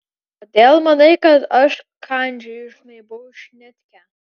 kodėl manai kad aš kandžioju žnaibau šnitkę